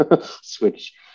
switch